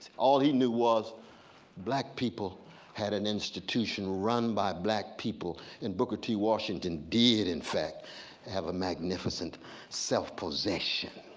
all he knew was black people had an institution run by black people and booker t. washington did in fact have a magnificent self-possession.